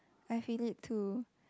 I feel it too